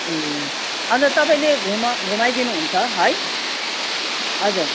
ए अन्त तपाईँले घुम घुमाइदिनुहुन्छ है हजुर